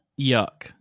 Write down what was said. Yuck